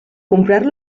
comprar